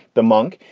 the monk,